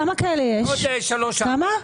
עוד ארבע.